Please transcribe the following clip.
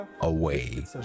away